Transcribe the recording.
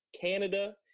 Canada